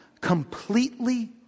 completely